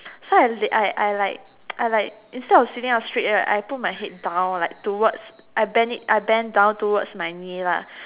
so I laid I I like I like instead of sitting up straight right I put my head down like towards I bend it I bent down towards my knee lah